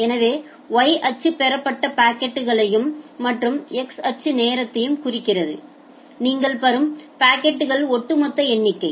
எனவே Y அச்சு பெறப்பட்ட பாக்கெட்களையும் மற்றும் எக்ஸ் அச்சு நேரத்தைக் குறிக்கிறது நீங்கள் பெறும் பாக்கெட்களின் ஒட்டுமொத்த எண்ணிக்கை